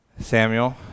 Samuel